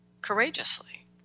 courageously